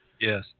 Yes